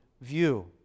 view